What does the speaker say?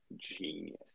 genius